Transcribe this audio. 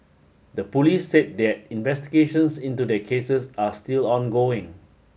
the police said that investigations into their cases are still ongoing